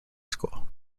school